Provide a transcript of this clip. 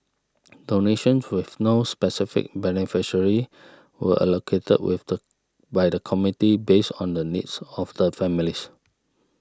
donations with no specified beneficiaries were allocated with the by the committee based on the needs of the families